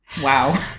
Wow